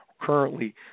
currently